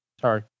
Sorry